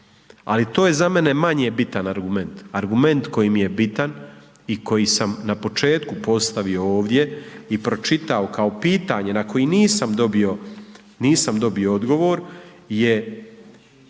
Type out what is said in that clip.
ali to je za mene manje bitan argument. Argument koji mi je bitan i koji sam na početku postavio ovdje i pročitao kao pitanje na koji nisam dobio odgovor je,